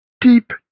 deep